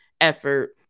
effort